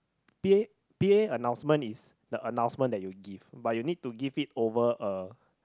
p_a p_a annoucement is the annoucement that you give but you need to give it over a